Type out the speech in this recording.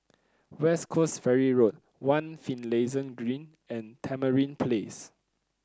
West Coast Ferry Road One Finlayson Green and Tamarind Place